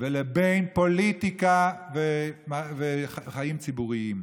לבין פוליטיקה וחיים ציבוריים.